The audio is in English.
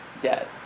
debt